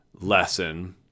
lesson